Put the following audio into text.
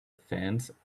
fence